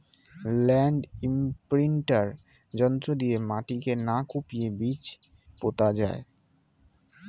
land imprinter যন্ত্র দিয়ে মাটিকে না কুপিয়ে বীজ পোতা যায়